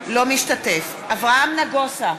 אינו משתתף בהצבעה אברהם נגוסה,